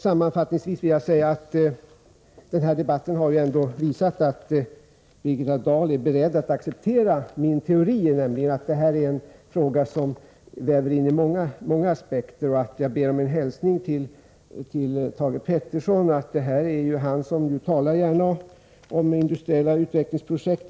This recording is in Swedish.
Sammanfattningsvis vill jag säga att denna debatt har visat att Birgitta Dahl är beredd att acceptera min teori, nämligen att detta är en fråga som väver in många aspekter. Jag ber om att få skicka en hälsning till Thage Peterson, som ju gärna talar om industriella utvecklingsprojekt.